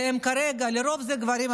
לרוב זה גברים,